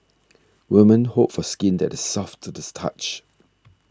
women hope for skin that is soft to this touch